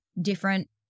different